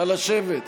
נא לשבת.